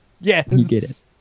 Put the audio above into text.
Yes